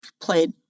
Played